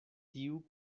tiu